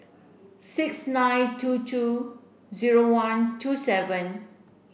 six nine two two zero one two seven